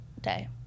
day